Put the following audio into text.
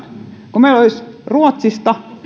kun meillä olisi ruotsista